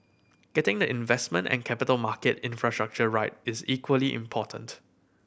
getting the investment and capital market infrastructure right is equally important